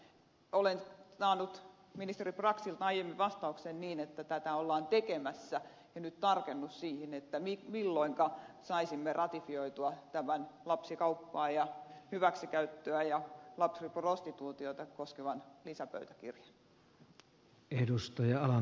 olen saanut ministeri braxilta aiemmin vastauksen että tätä ollaan tekemässä ja nyt tarvitaan tarkennus siihen milloinka saisimme ratifioitua tämän lapsikauppaa hyväksikäyttöä ja lapsiprostituutiota koskevan lisäpöytäkirjan